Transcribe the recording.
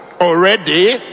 already